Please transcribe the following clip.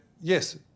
Yes